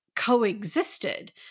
Coexisted